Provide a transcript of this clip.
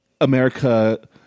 America